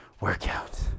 workout